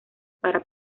para